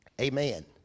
Amen